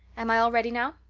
am i all ready now?